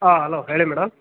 ಹಾಂ ಹಲೋ ಹೇಳಿ ಮೇಡಮ್